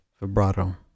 vibrato